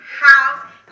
house